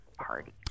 party